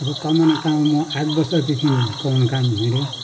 अब कमानमा काममा म आठ वर्षदेखि कमानमा काम हिँडे